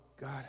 God